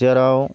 जेराव